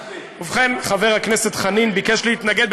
חבר הכנסת חנין ביקש להתנגד,